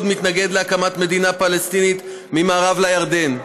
מתנגד להקמת מדינה פלסטינית ממערב לירדן,